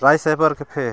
Ray cyber ᱠᱮᱯᱷᱮ